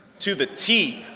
to the t.